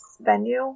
venue